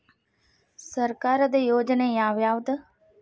ಸರ್ಕಾರದ ಯೋಜನೆ ಯಾವ್ ಯಾವ್ದ್?